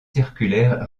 circulaire